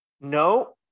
no